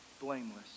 blameless